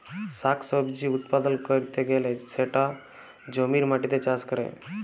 শাক সবজি উৎপাদল ক্যরতে গ্যালে সেটা জমির মাটিতে চাষ ক্যরে